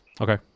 Okay